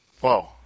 Whoa